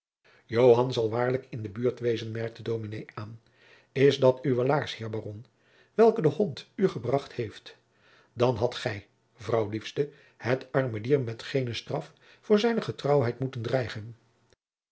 zal waarschijnlijk in de buurt wezen merkte dominé aan is dat uwe laars heer baron welke de hond u gebracht heeft dan hadt gij vrouw liefste het arme dier met geene straf voor zijne getrouwheid moeten dreigen